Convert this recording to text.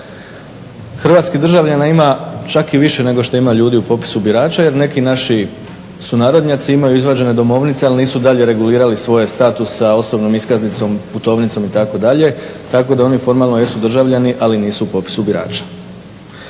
Hrvatskih državljana ima čak i više nego što ima ljudi u popisu birača jer neki naši sunarodnjaci imaju izvađene domovnice ali nisu dalje regulirali svoje statuse sa osobnom iskaznicom, putovnicom itd. tako da oni formalno jesu državljani ali nisu u popisu birača.